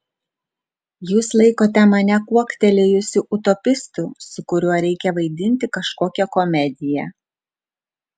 jūs laikote mane kuoktelėjusiu utopistu su kuriuo reikia vaidinti kažkokią komediją